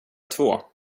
två